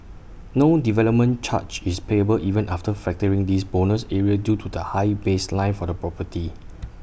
no development charge is payable even after factoring this bonus area due to the high baseline for the property